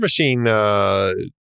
Machine